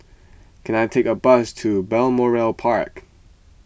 can I take a bus to Balmoral Park